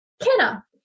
Kenna